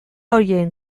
horien